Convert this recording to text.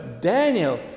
Daniel